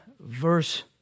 verse